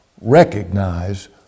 recognize